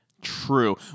True